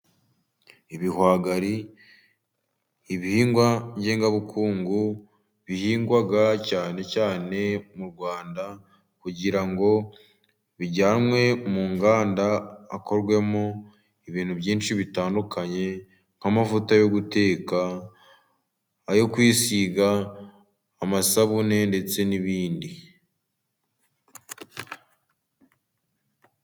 Ibihwagari, ibihingwa ngengabukungu bihingwa cyane cyane mu Rwanda, kugira ngo bijyanwe mu nganda hakorwemo ibintu byinshi bitandukanye, nk'amavuta yo guteka, ayo kwisiga, amasabune ndetse n'ibindi.